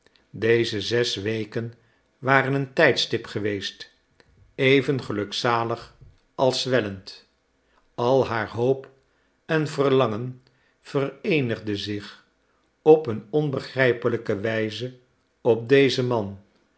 deze zes weken waren een tijdstip geweest even gelukzalig als zwellend al haar hoop en verlangen vereenigde zich op een onbegrijpelijke wijze op dezen man